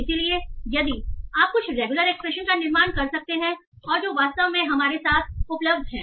इसलिए यदि आप कुछ रेगुलर एक्सप्रेशन का निर्माण कर सकते हैं और जो वास्तव में हमारे साथ उपलब्ध हैं